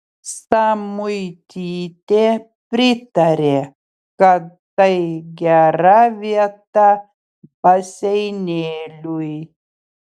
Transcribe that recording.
samuitytė pritarė kad tai gera vieta baseinėliui